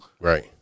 Right